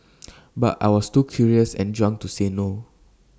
but I was too curious and drunk to say no